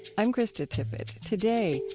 i'm krista tippett. today,